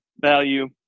Value